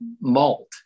malt